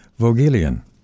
Vogelian